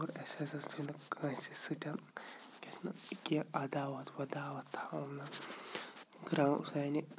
اور اَسہِ ہسا کٲنٛسی سۭتۍ گژھِ نہٕ کیٚنٛہہ عاداوَت وَداوَت تھاونہٕ گرٛاوٕ سانہِ